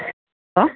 hello